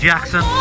Jackson